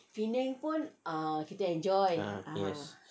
yes